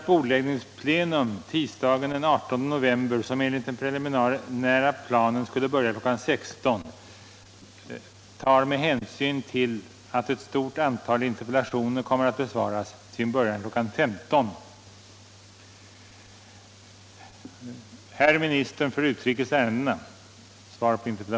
Bordläggningsplenum tisdagen den 18 november, som enligt den preliminära planen skulle börja kl. 16.00, tar — med hänsyn till att ett stort antal interpellationer kommer att besvaras — sin början kl. 15.00.